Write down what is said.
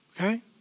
okay